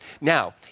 Now